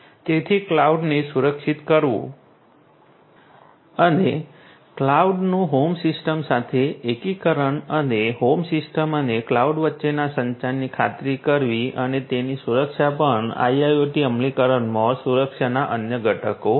તેથી ક્લાઉડને સુરક્ષિત કરવું અને ક્લાઉડનું હોમ સિસ્ટમ સાથે એકીકરણ અને હોમ સિસ્ટમ અને ક્લાઉડ વચ્ચેના સંચારની ખાતરી કરવી અને તેમની સુરક્ષા પણ IIoT અમલીકરણમાં સુરક્ષાના અન્ય ઘટકો છે